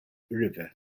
river